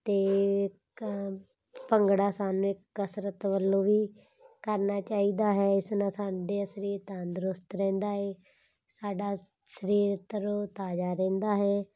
ਅਤੇ ਇੱਕ ਭੰਗੜਾ ਸਾਨੂੰ ਇੱਕ ਕਸਰਤ ਵੱਲੋਂ ਵੀ ਕਰਨਾ ਚਾਹੀਦਾ ਹੈ ਇਸ ਨਾਲ ਸਾਡੇ ਸਰੀਰ ਤੰਦਰੁਸਤ ਰਹਿੰਦਾ ਹੈ ਸਾਡਾ ਸਰੀਰ ਤਰੋ ਤਾਜ਼ਾ ਰਹਿੰਦਾ ਹੈ